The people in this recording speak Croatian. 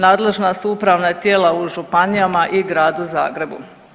Nadležna su upravna tijela u županijama i Gradu Zagrebu.